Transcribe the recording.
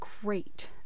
great